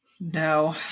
No